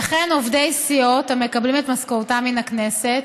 וכן עובדי סיעות המקבלים את משכורתם מן הכנסת,